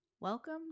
Welcome